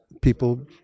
people